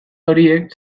horiek